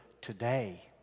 today